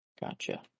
gotcha